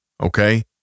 Okay